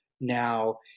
now